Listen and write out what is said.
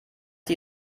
die